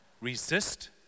resist